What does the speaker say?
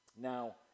Now